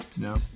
No